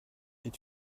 est